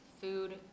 food